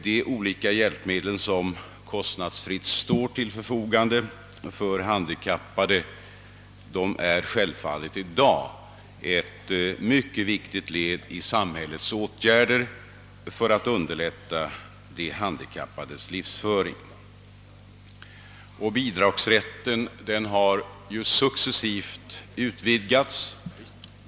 De olika hjälpmedel som kostnadsfritt står till förfogande för handikappade är i dag självfallet ett mycket viktigt led i samhällets åtgärder för att underlätta de handikappades livsföring, och bidragsrätten har också successivt utvidgats.